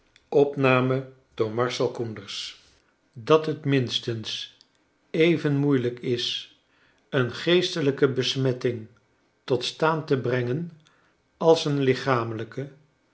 dat het minstens even moeilijk is een geestelijke besmetting tot staan te brengen als een lichamelijke